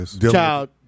child